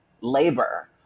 labor